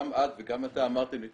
גם את וגם אתה אמרתם לי,